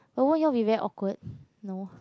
but won't you all be very awkward no